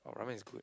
oh ramen is good